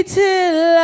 till